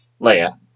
Leia